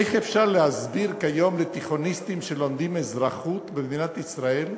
איך אפשר להסביר כיום לתיכוניסטים שלומדים אזרחות במדינת ישראל,